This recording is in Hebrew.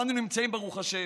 אנו נמצאים, ברוך השם,